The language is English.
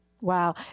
Wow